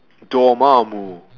Dormammu